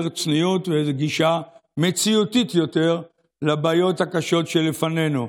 צניעות וגישה מציאותית יותר לבעיות הקשות שלפנינו.